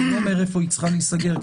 אני לא אומר איפה היא צריכה להיסגר כי